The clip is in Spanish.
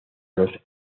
los